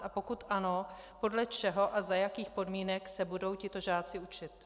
A pokud ano, podle čeho a za jakých podmínek se budou tito žáci učit.